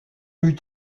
rues